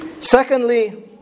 Secondly